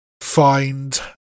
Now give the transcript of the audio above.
find